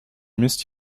müsst